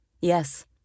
Yes